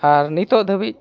ᱟᱨ ᱱᱤᱛᱚᱜ ᱫᱷᱟᱹᱵᱤᱡ